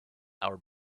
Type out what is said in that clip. our